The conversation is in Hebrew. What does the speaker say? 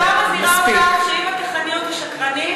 אני כבר מזהירה אותך שאם את תכני אותי שקרנית,